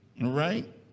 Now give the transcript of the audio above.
right